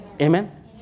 amen